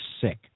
sick